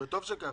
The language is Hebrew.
וטוב שכך.